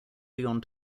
leon